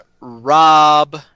Rob